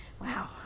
Wow